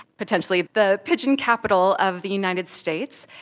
potentially the pigeon capital of the united states,